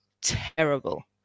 terrible